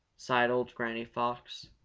sighed old granny fox,